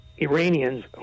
Iranians